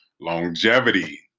longevity